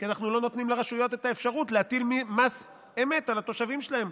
כי אנחנו לא נותנים לרשויות את האפשרות להטיל מס אמת על התושבים שלהן.